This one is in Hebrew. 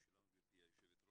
שלום, גברתי היושבת-ראש.